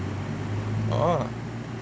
orh